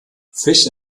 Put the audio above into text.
fish